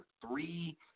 three